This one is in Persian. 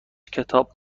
کتاب